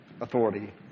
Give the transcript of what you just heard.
authority